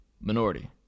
minority